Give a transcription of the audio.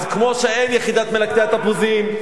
אז כמו שאין יחידת מלקטי התפוזים,